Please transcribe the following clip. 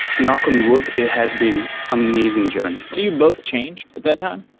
knock on wood, it has been amazing journey. did you both changed at that time?